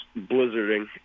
blizzarding